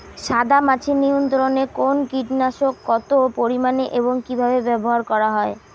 সাদামাছি নিয়ন্ত্রণে কোন কীটনাশক কত পরিমাণে এবং কীভাবে ব্যবহার করা হয়?